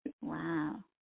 Wow